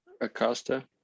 Acosta